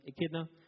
echidna